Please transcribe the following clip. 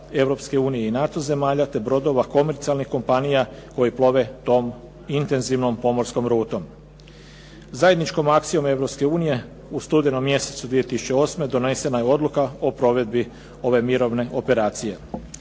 Europske unije i NATO zemalja, te brodova komercijalnih kompanija koji plove tom intenzivnom pomorskom rutom. Zajedničkom akcijom Europske unije u studenom mjesecu 2008. godine donesena je odluka o provedbi ove mirovne operacije.